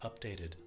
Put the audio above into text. updated